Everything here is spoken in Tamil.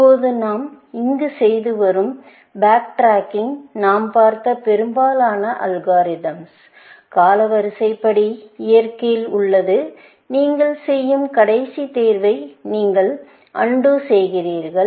இப்போது நாம் இங்கு செய்து வரும் பேக்டிரக்கிங் நாம் பார்த்த பெரும்பாலான அல்காரிதம்ஸ்களில் காலவரிசைப்படி இயற்கையில் உள்ளது நீங்கள் செய்யும் கடைசி தேர்வை நீங்கள் அன்டூ செய்கிறீர்கள்